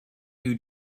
you